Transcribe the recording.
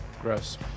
Gross